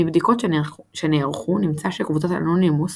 מבדיקות שנערכו נמצא שקבוצת אנונימוס